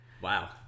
Wow